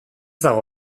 dago